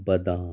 बदाम